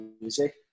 music